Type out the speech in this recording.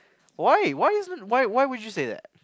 why why isn't why would you say that